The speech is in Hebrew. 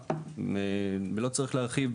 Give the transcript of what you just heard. אני לא יודע להסביר.